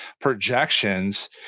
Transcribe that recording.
projections